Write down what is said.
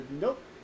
nope